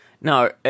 No